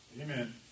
Amen